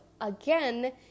Again